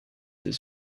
his